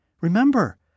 Remember